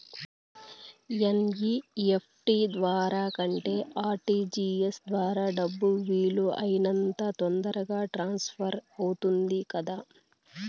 NEFT ద్వారా కంటే RTGS ద్వారా డబ్బు వీలు అయినంత తొందరగా ట్రాన్స్ఫర్ అవుతుంది కదా